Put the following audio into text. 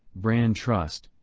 brand trust,